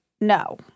No